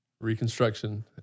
reconstruction